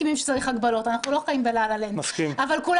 כולם